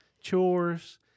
chores